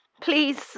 Please